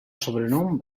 sobrenom